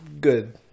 good